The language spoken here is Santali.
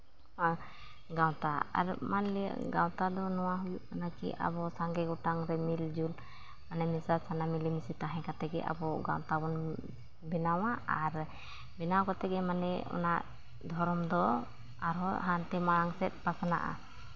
ᱟᱨ ᱜᱟᱶᱛᱟ ᱟᱨ ᱢᱟᱱᱞᱤᱭᱟ ᱜᱟᱶᱛᱟ ᱫᱚ ᱱᱚᱣᱟ ᱦᱩᱭᱩᱜ ᱠᱟᱱᱟ ᱠᱤ ᱟᱵᱚ ᱥᱟᱸᱜᱮ ᱜᱚᱴᱟᱝ ᱨᱮ ᱢᱤᱞ ᱡᱩᱞ ᱢᱟᱱᱮ ᱢᱮᱥᱟ ᱥᱟᱱᱟᱢ ᱜᱮ ᱛᱟᱦᱮᱸ ᱠᱟᱛᱮᱫ ᱜᱮ ᱟᱵᱚ ᱜᱟᱶᱛᱟ ᱵᱚᱱ ᱵᱮᱱᱟᱣᱟ ᱟᱨ ᱵᱮᱱᱟᱣ ᱠᱟᱛᱮᱫ ᱜᱮ ᱢᱟᱱᱮ ᱚᱱᱟ ᱫᱷᱚᱨᱚᱢ ᱫᱚ ᱟᱨᱦᱚᱸ ᱦᱟᱱᱛᱮ ᱢᱟᱲᱟᱝ ᱥᱮᱫ ᱯᱟᱥᱱᱟᱜᱼᱟ